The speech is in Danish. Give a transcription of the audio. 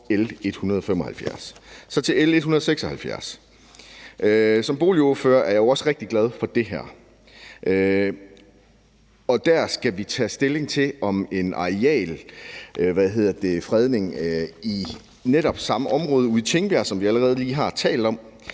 L 175. Så til L 176. Som boligordfører er jeg også rigtig glad for det her, hvor vi skal tage stilling til en arealfredning i netop samme område ude i Tingbjerg, som vi allerede lige har talt om.